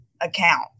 account